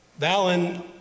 Valen